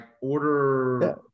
order